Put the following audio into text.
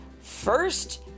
First